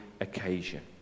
occasion